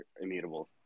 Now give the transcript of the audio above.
immutable